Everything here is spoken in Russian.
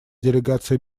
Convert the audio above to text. делегация